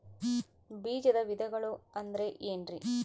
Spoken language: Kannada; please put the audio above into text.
ಬೇಜದ ವಿಧಗಳು ಅಂದ್ರೆ ಏನ್ರಿ?